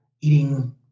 eating